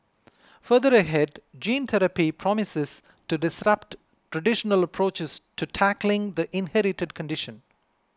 further ahead gene therapy promises to disrupt traditional approaches to tackling the inherited condition